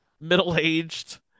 middle-aged